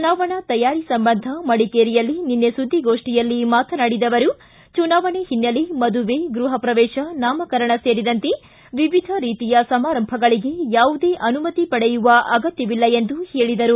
ಚುನಾವಣಾ ತಯಾರಿ ಸಂಬಂಧ ಮಡಿಕೇರಿಯಲ್ಲಿ ನಿನ್ನೆ ಸುದ್ದಿಗೋಷ್ಠಿಯಲ್ಲಿ ಮಾತನಾಡಿದ ಅವರು ಚುನಾವಣೆ ಹಿನ್ನೆಲೆ ಮದುವೆ ಗೃಹ ಪ್ರವೇಶ ನಾಮಕರಣ ಸೇರಿದಂತೆ ವಿವಿಧ ರೀತಿಯ ಸಮಾರಂಭಗಳಿಗೆ ಯಾವುದೇ ಅನುಮತಿ ಪಡೆಯುವ ಅಗತ್ವವಿಲ್ಲ ಎಂದು ಹೇಳಿದರು